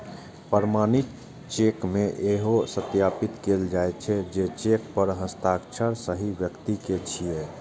प्रमाणित चेक मे इहो सत्यापित कैल जाइ छै, जे चेक पर हस्ताक्षर सही व्यक्ति के छियै